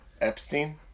Epstein